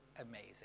amazing